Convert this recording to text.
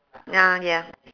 ah ya